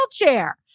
wheelchair